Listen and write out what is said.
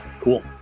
Cool